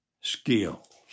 skills